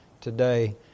today